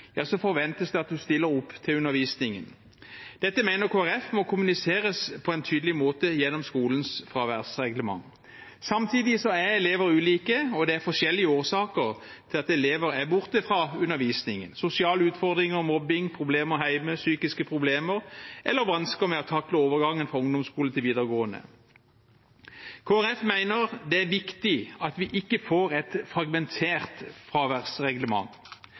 forventes det at man stiller opp til undervisningen. Dette mener Kristelig Folkeparti må kommuniseres på en tydelig måte gjennom skolens fraværsreglement. Samtidig er elever ulike, og det er forskjellige årsaker til at elever er borte fra undervisningen: sosiale utfordringer, mobbing, problemer hjemme, psykiske problemer eller vansker med å takle overgangen fra ungdomsskole til videregående. Kristelig Folkeparti mener det er viktig at vi ikke får et fragmentert fraværsreglement,